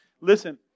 Listen